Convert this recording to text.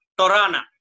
Torana